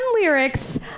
lyrics